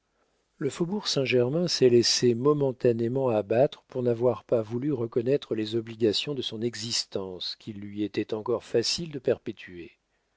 le faubourg saint-germain s'est laissé momentanément abattre pour n'avoir pas voulu reconnaître les obligations de son existence qu'il lui était encore facile de perpétuer